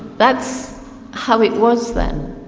that's how it was then.